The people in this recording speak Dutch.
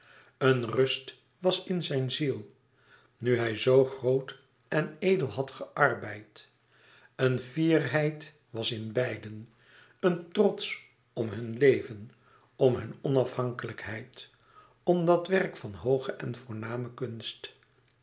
een rust was in zijn ziel nu hij zoo groot en edel had gearbeid een fierheid was in beiden een trots om hun leven om hunne onafhankelijkheid om dat werk van hooge en voorname kunst